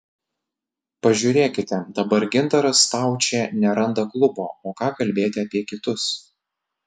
pažiūrėkite dabar gintaras staučė neranda klubo o ką kalbėti apie kitus